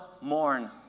mourn